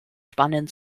spannen